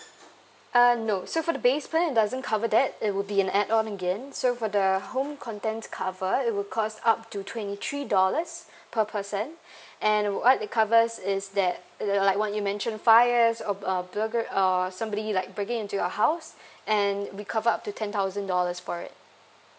uh no so for the base plan it doesn't cover that it would be an add on again so for the home contents cover it will cost up to twenty three dollars per person and what it covers is that like what you mentioned fires or uh burglar or somebody like breaking into your house and we cover up to ten thousand dollars for it